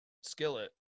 skillet